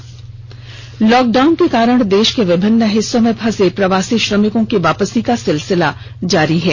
मजदूर airlift lockdown के कारण देष के विभिन्न हिस्सों में फंसे प्रवासी श्रमिकों की वापसी का सिलसिला जारी है